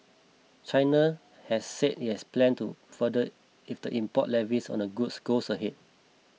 China has said it has a plan to further if the import levies on a goods goes ahead